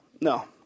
No